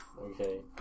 Okay